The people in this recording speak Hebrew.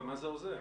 אבל מה זה עוזר?